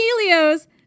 Helios